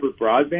broadband